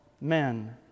men